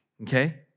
Okay